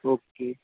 okay